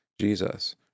Jesus